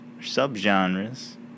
sub-genres